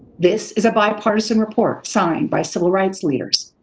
this is a bipartisan report signed by civil rights leaders,